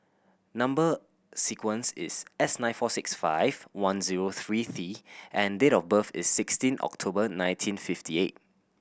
number sequence is S nine four six five one zero three T and date of birth is sixteen October nineteen fifty eight